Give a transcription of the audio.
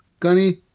Gunny